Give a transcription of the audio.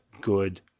good